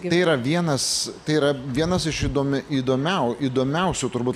tai yra vienas tai yra vienas iš įdome įdomiau įdomiausių turbūt